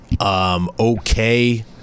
okay